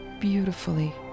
beautifully